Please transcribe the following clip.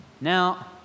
now